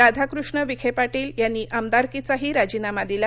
राधाकृष्ण विखे पाटील यांनी आमदारकीचाही राजीनामा दिला